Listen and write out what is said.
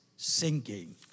Sinking